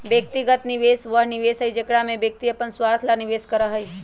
व्यक्तिगत निवेश वह निवेश हई जेकरा में व्यक्ति अपन स्वार्थ ला निवेश करा हई